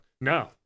No